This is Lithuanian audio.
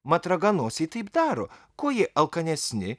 mat raganosiai taip daro kuo jie alkanesni